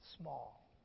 small